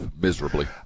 miserably